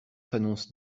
s’annonce